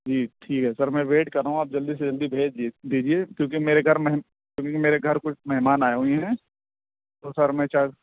جی ٹھیک ہے سر میں ویٹ کر رہا ہوں آپ جلدی سے جلدی بھیج دیج دیجیے کیوںکہ میرے گھر میہ میرے گھر کچھ مہمان آئے ہوئے ہیں تو سر میں چاہ